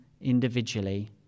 individually